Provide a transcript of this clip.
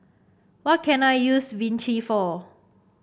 what can I use Vichy for